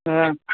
हा